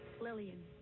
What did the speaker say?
Lillian